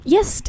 Yes